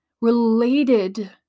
related